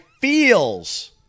feels